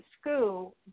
school